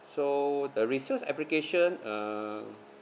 so the resales application um